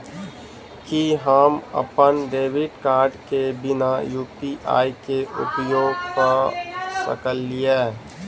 की हम अप्पन debit card केँ बिना यु.पी.आई केँ उपयोग करऽ सकलिये?